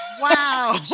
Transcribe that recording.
Wow